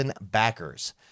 backers